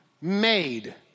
made